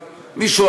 מישהו,